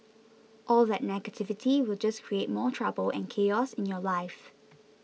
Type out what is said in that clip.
all that negativity will just create more trouble and chaos in your life